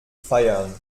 feiern